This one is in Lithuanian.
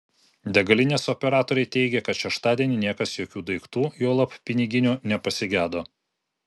degalinės operatoriai teigė kad šeštadienį niekas jokių daiktų juolab piniginių nepasigedo